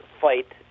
fight